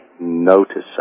noticing